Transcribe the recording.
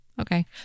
Okay